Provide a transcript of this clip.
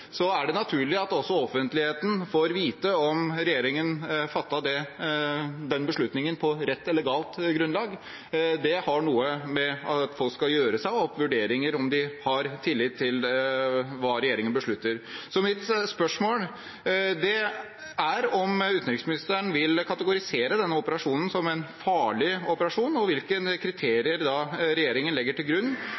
er det naturlig at også offentligheten får vite om regjeringen fattet den beslutningen på rett eller galt grunnlag. Det har noe å gjøre med at folk skal gjøre seg opp en vurdering av om de har tillit til hva regjeringen beslutter. Mitt spørsmål er om utenriksministeren vil kategorisere denne operasjonen som en farlig operasjon, og hvilke